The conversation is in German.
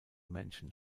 männchen